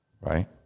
right